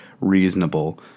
reasonable